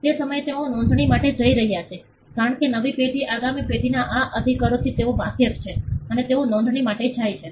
તે સમયે તેઓ નોંધણી માટે જઇ રહ્યા છે કારણ કે નવી પેઢી આગામી પેઢીના આ અધિકારોથી તેઓ વાકેફ છે અને તેઓ નોંધણી માટે જાય છે